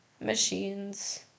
machines